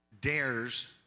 dares